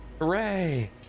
Hooray